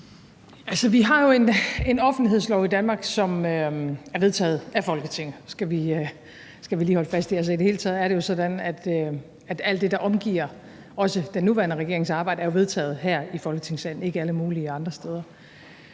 vi har jo en offentlighedslov i Danmark, som er vedtaget af Folketinget. Det skal vi lige holde fast i. I det hele taget er det sådan, at alt det, der omgiver også den nuværende regerings arbejde, er vedtaget her i Folketingssalen, ikke alle mulige andre steder.